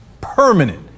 permanent